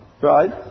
right